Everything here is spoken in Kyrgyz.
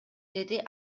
деди